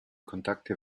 kontakte